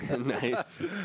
Nice